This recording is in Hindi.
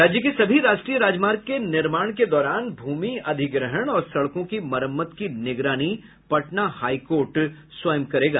राज्य के सभी राष्ट्रीय राजमार्ग के निर्माण के दौरान भूमि अधिग्रहण और सड़कों की मरम्मत की निगरानी पटना हाईकोर्ट स्वयं करेगा